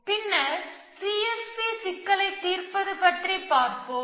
பின்னர் CSP சிக்கலை தீர்ப்பது பற்றி பார்ப்போம்